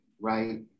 right